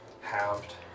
halved